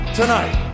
tonight